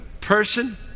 person